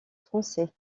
français